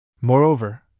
Moreover